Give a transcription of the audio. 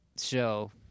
show